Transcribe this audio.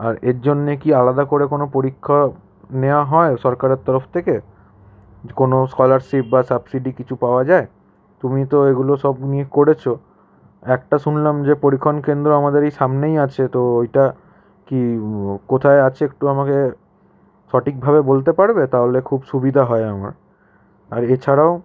আর এরজন্যে কি আলাদা করে কোনো পরীক্ষা নেওয়া হয় সরকারের তরফ থেকে কোনো স্কলারশিপ বা সাবসিডি কিছু পাওয়া যায় তুমি তো এগুলো সব নিয়ে করেছো একটা শুনলাম যে পরীক্ষণ কেন্দ্র আমাদের এই সামনেই আছে তো এইটা কি কোথায় আছে একটু আমাকে সঠিকভাবে বলতে পারবে তাহলে খুব সুবিধা হয় আমার আর এছাড়াও